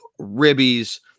ribbies